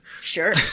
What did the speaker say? Sure